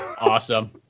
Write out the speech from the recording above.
Awesome